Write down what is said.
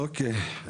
אוקי,